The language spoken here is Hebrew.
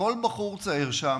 כל בחור צעיר שם,